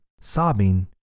sobbing